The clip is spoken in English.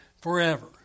forever